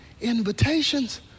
invitations